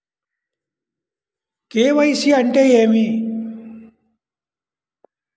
KYC అంటే ఏమి?